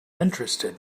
interested